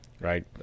Right